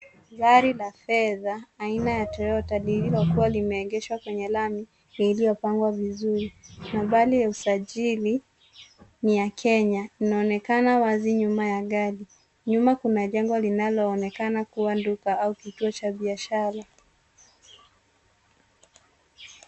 Gari la fedha aina ya Toyota lililokuwa limeegeshwa kwenye lami iliyopangwa vizuri. Nambari ya usajili ni ya Kenya, inaonekana wazi nyuma ya gari. Nyuma kuna jengo linaloonekana kuwa duka au kituo cha biashara.